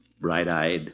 Bright-eyed